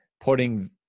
putting